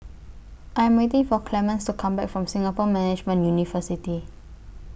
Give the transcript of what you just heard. I Am waiting For Clemens to Come Back from Singapore Management University